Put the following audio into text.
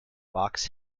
box